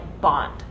bond